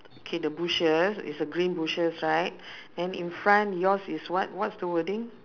K the bushes is a green bushes right then in front yours is what what's the wording